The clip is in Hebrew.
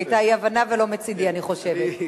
היתה אי-הבנה, ולא מצדי, אני חושבת.